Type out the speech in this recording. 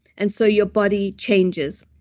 and so your body changes,